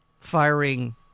firing